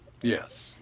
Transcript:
Yes